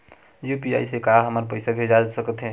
UPI से का हमर पईसा भेजा सकत हे?